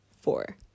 four